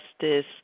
justice